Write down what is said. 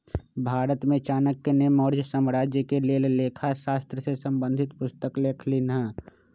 भारत में चाणक्य ने मौर्ज साम्राज्य के लेल लेखा शास्त्र से संबंधित पुस्तक लिखलखिन्ह